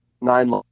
nine